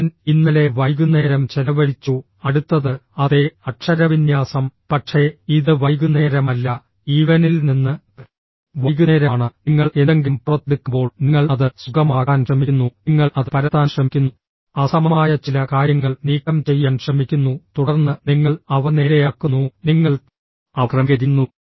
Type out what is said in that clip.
ഞാൻ ഇന്നലെ വൈകുന്നേരം ചെലവഴിച്ചു അടുത്തത് അതേ അക്ഷരവിന്യാസം പക്ഷേ ഇത് വൈകുന്നേരമല്ല ഈവനിൽ നിന്ന് വൈകുന്നേരമാണ് നിങ്ങൾ എന്തെങ്കിലും പുറത്തെടുക്കുമ്പോൾ നിങ്ങൾ അത് സുഗമമാക്കാൻ ശ്രമിക്കുന്നു നിങ്ങൾ അത് പരത്താൻ ശ്രമിക്കുന്നു അസമമായ ചില കാര്യങ്ങൾ നീക്കം ചെയ്യാൻ ശ്രമിക്കുന്നു തുടർന്ന് നിങ്ങൾ അവ നേരെയാക്കുന്നു നിങ്ങൾ അവ ക്രമീകരിക്കുന്നു